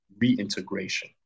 reintegration